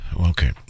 Okay